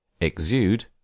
Exude